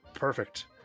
Perfect